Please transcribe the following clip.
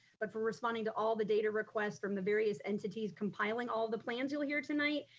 but for responding to all the data requests from the various entities compiling all the plans you'll hear tonight,